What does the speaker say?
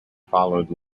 followed